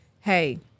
hey